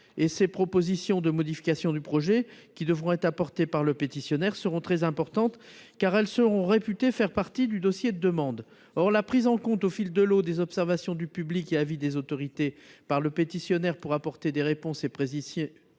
et propositions de modifications qui devront être apportées par le pétitionnaire auront toute leur importance, car elles seront réputées faire partie du dossier de demande. Or la prise en compte au fil de l'eau des observations du public et avis des autorités par le pétitionnaire pour apporter des réponses et précisions